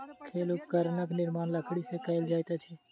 खेल उपकरणक निर्माण लकड़ी से कएल जाइत अछि